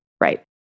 Right